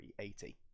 380